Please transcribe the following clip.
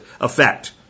effect